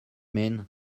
mean